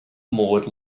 maud